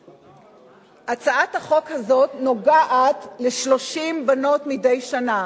הצעת החוק הזאת נוגעת ל-30 בנות מדי שנה.